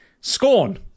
Scorn